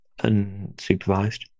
unsupervised